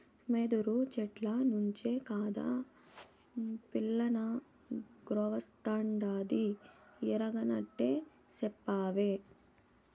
యెదురు చెట్ల నుంచే కాదా పిల్లనగ్రోవస్తాండాది ఎరగనట్లే సెప్తావే